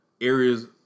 areas